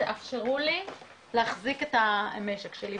תאפשרו לי להחזיק את המשק שלי.